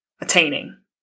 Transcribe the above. attaining